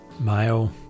Male